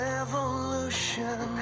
evolution